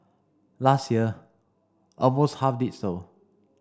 last year almost half did so